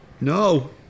No